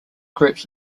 groups